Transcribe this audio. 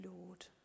Lord